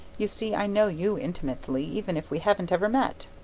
you see i know you intimately, even if we haven't ever met!